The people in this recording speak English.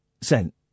sent